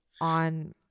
on